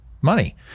money